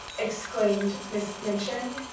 exclaimed miss minchin.